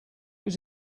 was